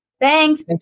Thanks